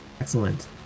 Excellent